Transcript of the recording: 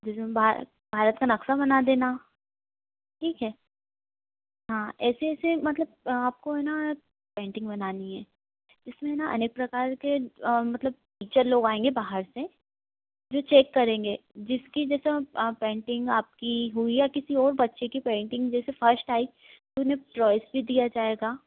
जैसे भारत का नक्शा बना देना ठीक है हाँ ऐसे ऐसे मतलब आपको है ना पेंटिंग बनानी है इसमे न अनेक प्रकार के मतलब टीचर लोग आएंगे बाहर से जो चेक करेंगे जिसकी जैसे आप पेंटिंग आप की हुई या किसी और बच्चे की पेंटिंग जैसे फर्स्ट आई तो उन्हें प्राइस भी दिया जाएगा